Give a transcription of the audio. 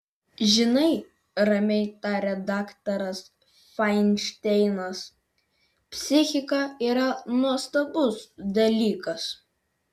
žinai ramiai tarė daktaras fainšteinas psichika yra nuostabus dalykas